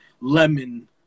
lemon